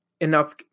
enough